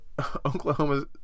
Oklahoma